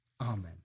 Amen